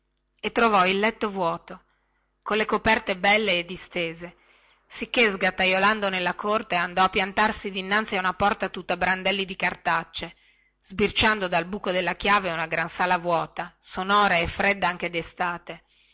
e trovò il letto vuoto colle coperte belle e distese e sgattaiolando nella corte andò a piantarsi dinanzi a una porta tutta brandelli di cartacce sbirciando dal buco della chiave una gran sala vuota sonora e fredda anche